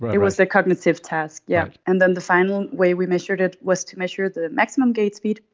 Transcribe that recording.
but it was a cognitive test. yeah and then the final way we measured it was to measure the maximum gait speed,